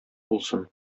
булсын